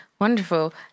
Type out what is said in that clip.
Wonderful